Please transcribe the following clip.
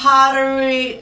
Pottery